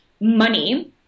money